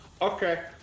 Okay